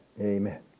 Amen